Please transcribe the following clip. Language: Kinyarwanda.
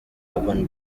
urban